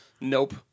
Nope